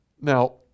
Now